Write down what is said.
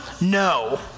no